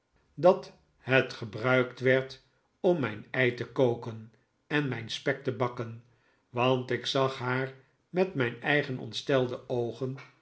dat het gebruikt werd om mijn ei te koken en mijn spek te bakken want ik zag haar met mijn eigen ontstelde oogen